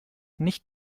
nicht